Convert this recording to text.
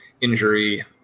Injury